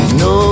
no